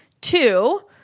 two –